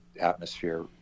atmosphere